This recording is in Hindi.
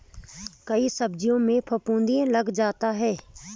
कई सब्जियों में फफूंदी लग जाता है